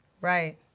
right